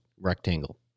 rectangle